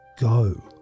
go